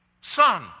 Son